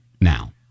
now